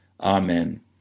Amen